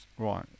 Right